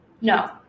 no